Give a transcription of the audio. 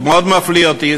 זה מאוד מפליא אותי.